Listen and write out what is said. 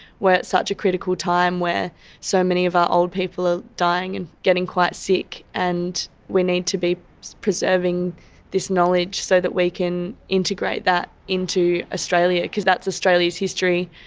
such a critical time where so many of our old people are dying and getting quite sick and we need to be preserving this knowledge so that we can integrate that into australia because that's australia's history.